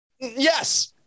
Yes